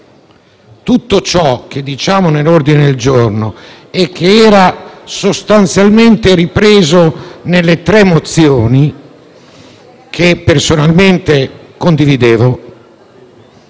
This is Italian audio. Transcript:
Tutto ciò che affermiamo nell'ordine del giorno e che era sostanzialmente ripreso nelle tre mozioni, che personalmente condividevo,